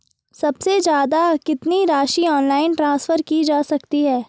सबसे ज़्यादा कितनी राशि ऑनलाइन ट्रांसफर की जा सकती है?